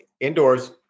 indoors